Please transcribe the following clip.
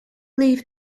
leave